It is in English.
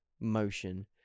motion